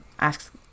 Ask